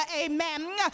Amen